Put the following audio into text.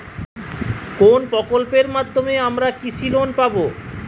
কোন প্রকল্পের মাধ্যমে আমরা কৃষি লোন পাবো?